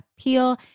appeal